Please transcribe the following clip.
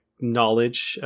knowledge